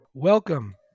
Welcome